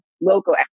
local